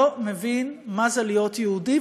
לא מבין מה זה להיות יהודי.